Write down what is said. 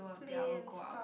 play and stop